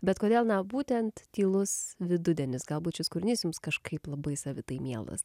bet kodėl būtent tylus vidudienis galbūt šis kūrinys jums kažkaip labai savitai mielas